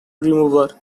remover